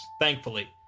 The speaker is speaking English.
thankfully